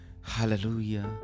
Hallelujah